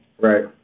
right